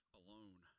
alone